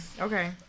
Okay